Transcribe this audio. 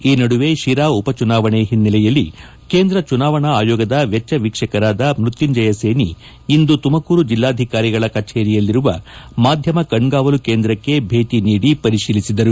ಈ ನಡುವೆ ಶಿರಾ ಉಪಚುನಾವಣೆ ಹಿನ್ನೆಲೆಯಲ್ಲಿ ಕೇಂದ್ರ ಚುನಾವಣಾ ಅಯೋಗದ ವೆಚ್ಚ ವೀಕ್ಷಕರಾದ ಮೃತ್ಖುಂಜಯ ಸೇನಿ ಇಂದು ತುಮಕೂರು ಜಿಲ್ಲಾಧಿಕಾರಿಗಳ ಕಚೇರಿಯಲ್ಲಿರುವ ಮಾಧ್ಯಮ ಕಣ್ಗಾವಲು ಕೇಂದ್ರಕ್ಷ ಭೇಟ ನೀಡಿ ಪರಿಶೀಲಿಸಿದರು